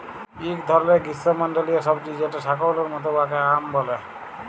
ইক ধরলের গিস্যমল্ডলীয় সবজি যেট শাকালুর মত উয়াকে য়াম ব্যলে